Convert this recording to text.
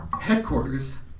headquarters